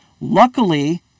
luckily